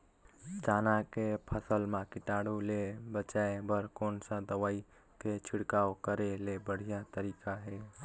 चाना के फसल मा कीटाणु ले बचाय बर कोन सा दवाई के छिड़काव करे के बढ़िया तरीका हे?